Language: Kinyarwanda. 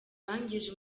bangije